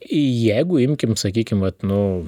jeigu imkim sakykim vat nu